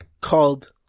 called